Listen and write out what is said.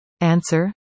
Answer